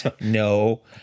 no